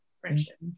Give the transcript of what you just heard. friendship